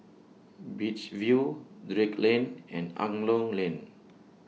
Beach View Drake Lane and Angklong Lane